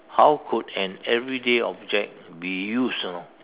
how could an everyday object be used you know